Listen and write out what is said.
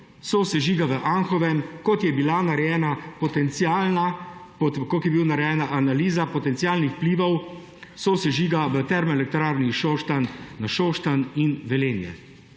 sosežiga v Anhovem, kot je bila narejena analiza potencialnih vplivov sosežiga v Termoelektrarni Šoštanj na Šoštanj in Velenje.